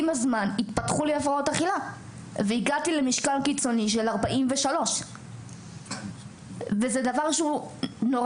עם הזמן התפתחו לי הפרעות אכילה והגעתי למשקל קיצוני של 43. זה לא פשוט.